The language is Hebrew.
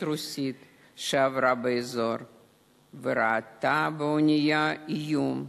רוסית שעברה באזור וראתה באונייה איום,